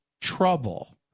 trouble